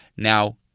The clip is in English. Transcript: Now